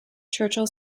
churchill